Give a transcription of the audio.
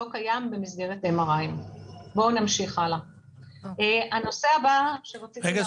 זה לא קיים במסגרת MRI. הנושא הבא שרציתי להראות לכם רגע,